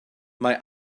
mae